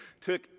took